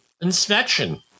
inspection